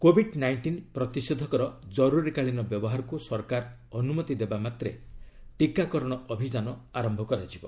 covid nineteen ପ୍ରତିଷେଧକର ଜର୍ରରୀକାଳୀନ ବ୍ୟବହାରକୁ ସରକାର ଅନ୍ତମତି ଦେବାମାତେ ଟିକାକରଣ ଅଭିଯାନ ଆରମ୍ଭ ହେବ